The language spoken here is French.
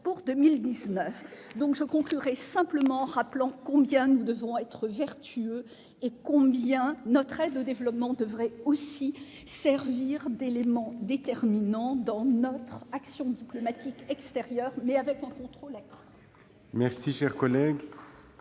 collègue ! Je conclurai simplement en rappelant combien nous devons être vertueux et combien notre aide au développement devrait aussi servir d'élément déterminant dans notre action diplomatique extérieure, avec un contrôle accru.